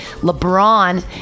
LeBron